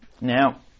Now